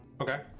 Okay